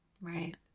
Right